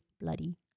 bloody